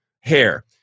hair